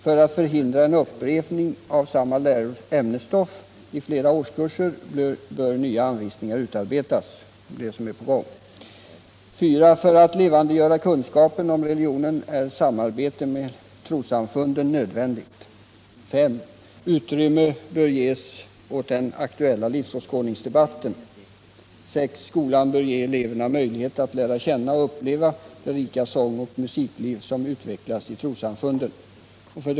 För att förhindra en upprepning av samma ämnesstoff i flera årskurser bör nya anvisningar utarbetas.” Det är alltså nu på gång. ”4. För att levandegöra kunskapen om religionen är samarbete med trossamfunden nödvändigt. 5. Utrymme bör ges åt den aktuella livsåskådningsdebatten. 6. Skolan bör ge eleverna möjlighet att lära känna och uppleva det rika sångoch musikliv som utvecklas i trossamfunden.